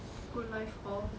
good life all